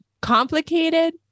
complicated